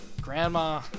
Grandma